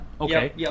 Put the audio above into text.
Okay